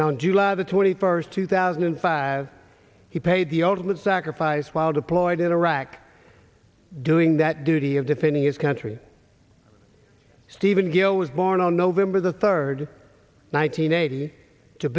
on july the twenty first two thousand and five he paid the ultimate sacrifice while deployed in iraq doing that duty of defending his country stephen gill was born on november the third one nine hundred eighty to